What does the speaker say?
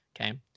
Okay